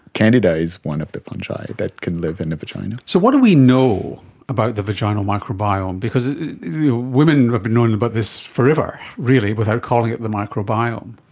candida is one of the fungi that can live in the vagina. so what do we know about the vaginal microbiome? because women have known about this forever really, without calling it the microbiome.